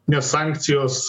nes sankcijos